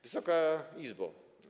Wysoka Izbo!